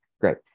great